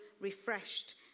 refreshed